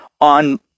On